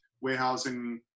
warehousing